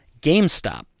GameStop